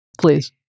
Please